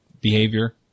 behavior